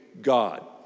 God